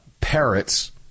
parrots